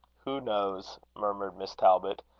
who knows, murmured miss talbot,